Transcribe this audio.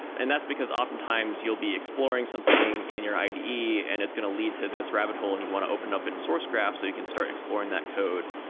and that's because often times you'll be exploring something in your ide and it's going to lead to this rabbit hole and you'd want to open up in sourcegraph so you can start exploring that code.